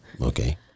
Okay